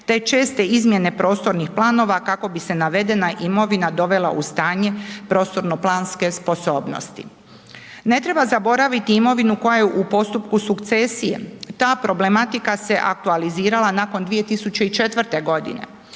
te česte izmjene prostornih planova kako bi se navedena imovina dovela u stanje prostorno planske sposobnosti. Ne treba zaboraviti imovinu koja je u postupku sukcesije, ta problematika se aktualizirala nakon 2004.g.,